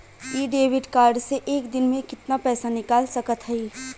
इ debit card से एक दिन मे कितना पैसा निकाल सकत हई?